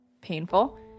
painful